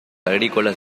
agrícolas